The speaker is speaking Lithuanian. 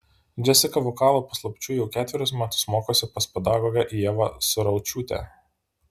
džesika vokalo paslapčių jau ketverius metus mokosi pas pedagogę ievą suraučiūtę